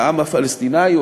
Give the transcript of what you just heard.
לעם הפלסטיני,